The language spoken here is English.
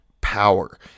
power